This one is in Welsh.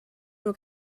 nhw